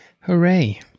Hooray